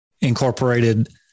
incorporated